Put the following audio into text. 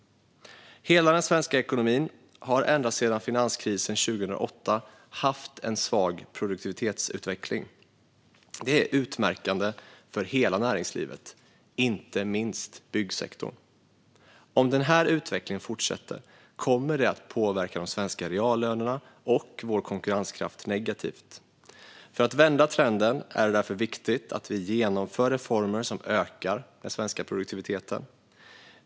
Hela den svenska ekonomin har ända sedan finanskrisen 2008 haft en svag produktivitetsutveckling. Det är utmärkande för hela näringslivet, inte minst byggsektorn. Om den här utvecklingen fortsätter kommer det att påverka de svenska reallönerna och vår konkurrenskraft negativt. För att vända trenden är det därför viktigt att vi genomför reformer som ökar den svenska produktiviteten.